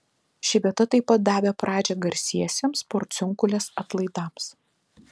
ši vieta tai pat davė pradžią garsiesiems porciunkulės atlaidams